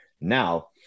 Now